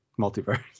multiverse